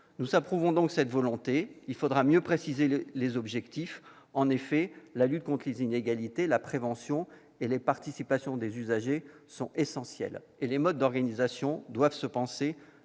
Nous approuvons cette volonté, mais il faudra mieux en préciser les objectifs : la lutte contre les inégalités, la prévention et la participation des usagers sont essentielles et les modes d'organisation doivent se penser